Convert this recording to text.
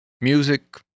music